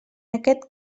aquest